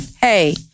hey